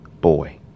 boy